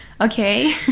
Okay